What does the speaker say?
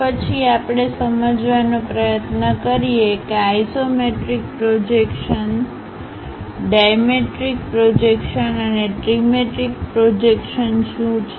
તો પછી આપણે સમજવાનો પ્રયત્ન કરીએ કે આઇસોમેટ્રિક પ્રોજેક્શન ડાયમેટ્રિક પ્રોજેક્શન અને ત્રિમેટ્રિક પ્રોજેક્શન શું છે